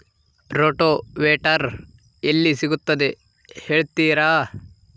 Rotavator ಎಲ್ಲಿ ಸಿಗುತ್ತದೆ ಹೇಳ್ತೇರಾ?